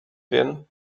werden